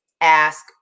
ask